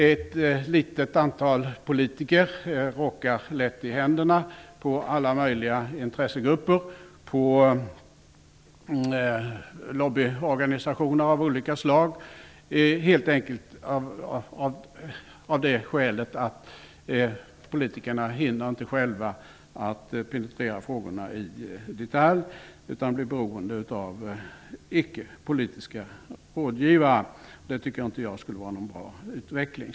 Ett litet antal politiker råkar lätt i händerna på alla möjliga intressegrupper, på lobbyorganisationer av olika slag, helt enkelt av det skälet att politikerna själva inte hinner penetrera frågorna i detalj, utan blir beroende av icke-politiska rådgivare. Jag tycker inte att det skulle vara en bra utveckling.